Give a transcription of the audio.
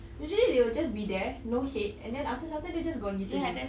usually they will just be there no head and then after some time they just gone gitu jer